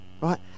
Right